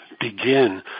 begin